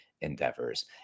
endeavors